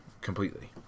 completely